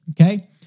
okay